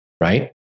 right